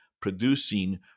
producing